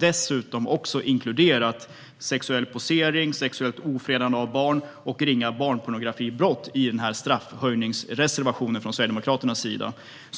Dessutom har vi inkluderat sexuell posering, sexuellt ofredande av barn och ringa barnpornografibrott i denna straffhöjningsreservation från Sverigedemokraternas sida.